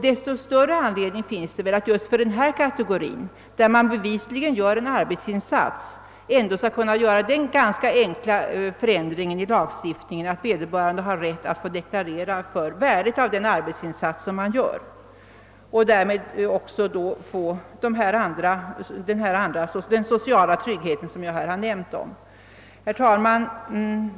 Desto större anledning finns det att just för denna kategori, som bevisligen har ett yrkesarbete, göra den enkla förändringen i lagstiftningen att vederbörande får rätt att deklarera för värdet av den arbetsinsats som han eller hon gör. Därmed får de även den sociala trygghet jag nämnt om. Herr talman!